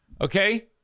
Okay